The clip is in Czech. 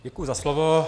Děkuji za slovo.